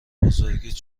بزرگیت